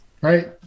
right